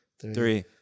three